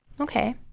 Okay